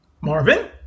Marvin